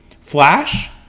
Flash